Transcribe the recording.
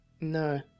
No